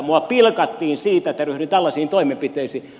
minua pilkattiin siitä että ryhdyin tällaisiin toimenpiteisiin